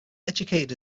educated